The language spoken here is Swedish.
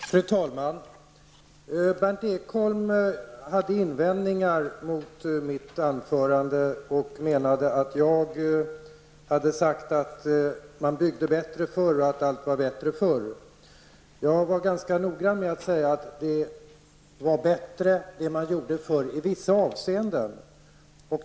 Fru talman! Berndt Ekholm hade invändningar mot mitt anförande. Han menade att jag hade sagt att man byggde bättre förr och att allt var bättre då. Jag var ganska nogrann med att säga att det som man gjorde förr, gjorde man bättre i vissa avseenden.